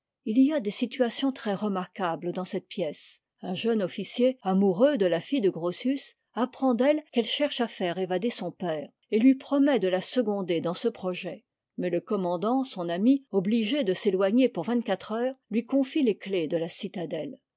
il y a des situations très remarquabtes dans cette pièce un jeune officier amoureux de la fille de grotius apprend d'elle qu'elle cherche à faire évader son père et lui promet de la seconder dans ce projet mais le commandant son ami obligé de s'éloigner pour vingt-quatre heures lui confie les clefs de la citadelle